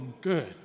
good